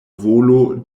volo